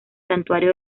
santuario